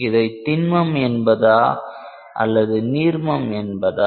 இதை தின்மம் என்பதா அல்லது நீர்மம் என்பதா